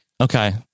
Okay